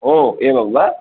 ओ एवं वा